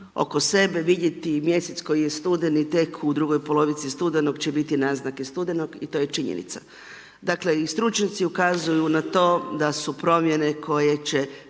oko sebe, vidjeti mjesec koji je studeni tek, u drugoj polovici studenog će biti naznake studenog i to je činjenica. Dakle i stručnjaci ukazuju na to da su promjene koje će